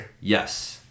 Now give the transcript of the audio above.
yes